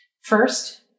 First